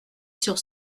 sur